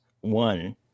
One